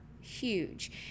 Huge